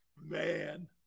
man